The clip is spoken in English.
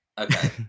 Okay